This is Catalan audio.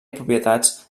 propietats